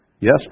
Yes